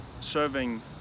serving